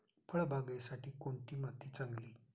फळबागेसाठी कोणती माती चांगली?